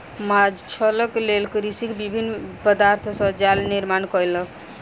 माँछक लेल कृषक विभिन्न पदार्थ सॅ जाल निर्माण कयलक